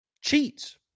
cheats